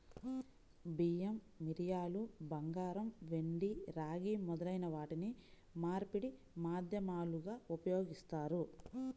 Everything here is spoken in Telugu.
బియ్యం, మిరియాలు, బంగారం, వెండి, రాగి మొదలైన వాటిని మార్పిడి మాధ్యమాలుగా ఉపయోగిస్తారు